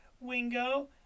Wingo